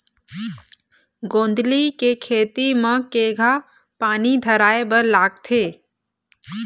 गोंदली के खेती म केघा पानी धराए बर लागथे?